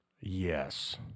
Yes